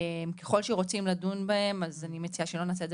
ככל שרוצים לדון בהן אני מציעה שלא נעשה את